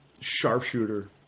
sharpshooter